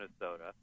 Minnesota